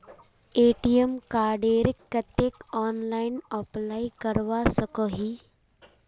ATM कार्डेर केते online apply करवा सकोहो ही?